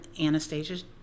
anastasia